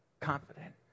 Confident